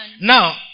Now